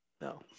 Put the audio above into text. no